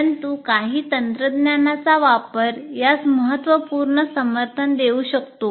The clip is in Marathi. परंतु काही तंत्रज्ञानाचा वापर यास महत्त्वपूर्ण समर्थन देऊ शकतो